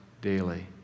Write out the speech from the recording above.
daily